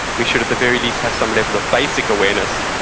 we should at the very least have some level of basic awareness.